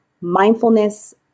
mindfulness